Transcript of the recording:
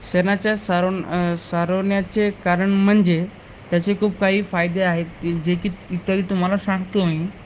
शेणाच्या सारवन सारवण्याचे कारण म्हणजे त्याचे खूप काही फायदे आहेत जे की इत्यादी तुम्हाला सांगतो मी